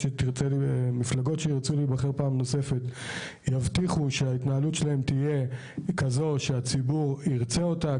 תצטרך לממש בפועלה ערכים שמבטאים את רצון הציבור.